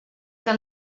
que